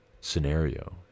scenario